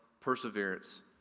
perseverance